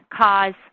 cause